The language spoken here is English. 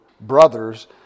brothers